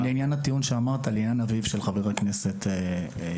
אבל לעניין הטיעון שאמרת לעניין אביו של חבר הכנסת יוסף.